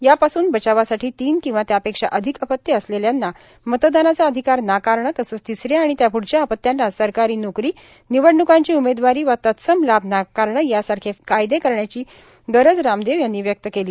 यापासून बचावासाठी तीन किंवा त्यापेक्षा अधिक अपत्य असलेल्यांना मतदानाचा अधिकार नाकारणं तसंच तिसऱ्या आणि त्याप्ढच्या अपत्यांना सरकारी नोकरी निवडण्कांची उमेदवारी वा तत्सम लाभ नाकारणं यासारखे कायदे करण्याची गरज रामदेव यांनी व्यक्त केली